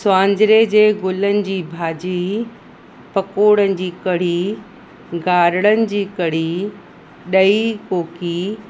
सुवांजिरे जे गुलनि जी भाॼी पकोड़नि जी कढ़ी गारड़नि जी कढ़ी ॾई कोकी